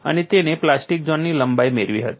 અને તેણે પ્લાસ્ટિક ઝોનની લંબાઇ મેળવી હતી